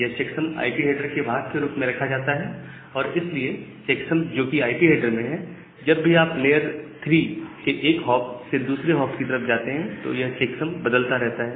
यह checksum IP header के भाग के रूप में रखा जाता है और इसलिए चेक्सम जो कि आईपी हेडर में है जब भी आप लेयर 3 के एक हॉप से दूसरे हॉप की तरफ जाते हैं तो यह चेक्सम बदलता रहता है